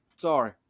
sorry